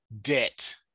debt